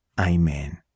Amen